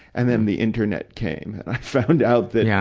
and then the internet came, and i found out that, yeah